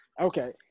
Okay